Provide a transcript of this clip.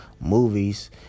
movies